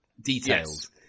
details